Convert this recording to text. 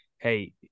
Hey